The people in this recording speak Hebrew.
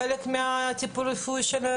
אתם הייתם חלק מן הטיפול הרפואי באירוע?